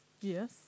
Yes